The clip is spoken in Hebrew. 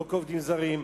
לא כעובדים זרים?